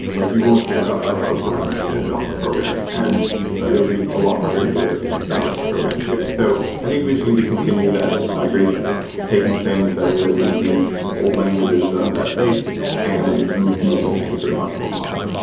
like you won't hear about buffer overruns in a java program and it will be a lot harder to do it in a rust program too. so i think we just need to continue that migration of taking things that were written in these old languages that aren't that safe and move them over to things that are much more modern.